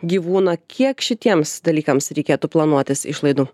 gyvūną kiek šitiems dalykams reikėtų planuotis išlaidų